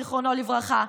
זיכרונו לברכה,